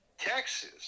Texas